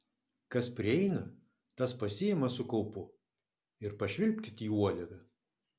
kas prieina tas pasiima su kaupu ir pašvilpkit į uodegą